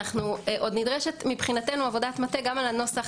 עוד נדרשת מבחינתנו עבודת מטה גם על הנוסח,